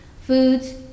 foods